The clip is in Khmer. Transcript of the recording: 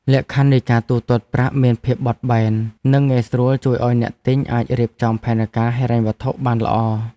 លក្ខខណ្ឌនៃការទូទាត់ប្រាក់មានភាពបត់បែននិងងាយស្រួលជួយឱ្យអ្នកទិញអាចរៀបចំផែនការហិរញ្ញវត្ថុបានល្អ។